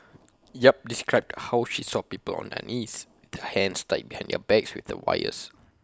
yap described how she saw people on their knees their hands tied behind their backs with wires